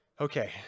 Okay